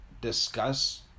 discuss